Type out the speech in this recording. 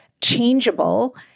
changeable